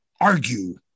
argue